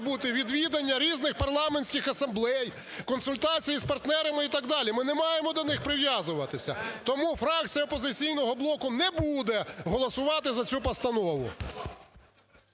бути відвідання різних парламентських асамблей, консультацій з партнерами і так далі. Ми не маємо до них прив'язуватися. Тому фракція "Опозиційного блоку" не буде голосувати за цю постанову.